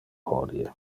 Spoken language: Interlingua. hodie